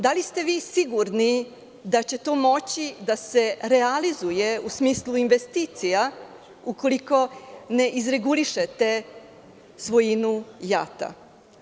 Da li ste vi sigurni da će to moći da se realizuje u smislu investicija ukoliko ne izregulišete svojinu JAT-a?